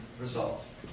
results